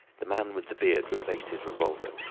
the man with the beard replaced his revolver.